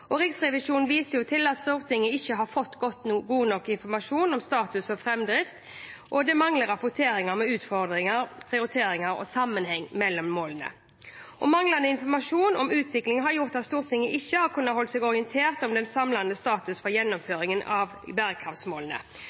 Riksrevisjonen viser til at Stortinget ikke har fått god nok informasjon om status og framdrift, og det mangler rapportering om utfordringer, prioriteringer og sammenheng mellom målene. Manglende informasjon om utviklingen har gjort at Stortinget ikke har kunnet holde seg orientert om den samlede statusen for gjennomføringen av bærekraftsmålene,